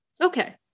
Okay